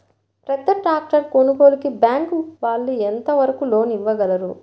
పెద్ద ట్రాక్టర్ కొనుగోలుకి బ్యాంకు వాళ్ళు ఎంత వరకు లోన్ ఇవ్వగలరు?